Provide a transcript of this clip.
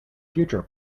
future